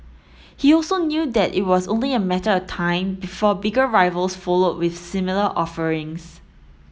he also knew that it was only a matter of time before bigger rivals followed with similar offerings